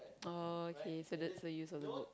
okay so that's the use of the book